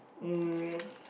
um